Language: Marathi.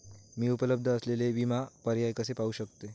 मी उपलब्ध असलेले विमा पर्याय कसे पाहू शकते?